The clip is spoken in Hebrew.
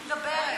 מי שמדברת,